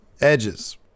Edges